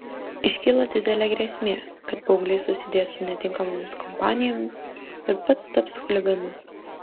iškyla didelė grėsmė kad paauglys susidės su netinkamomis kompanijomis ir pats taps chuliganu